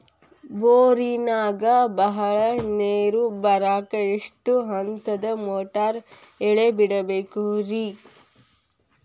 ಬೋರಿನಾಗ ಬಹಳ ನೇರು ಬರಾಕ ಎಷ್ಟು ಹಂತದ ಮೋಟಾರ್ ಇಳೆ ಬಿಡಬೇಕು ರಿ?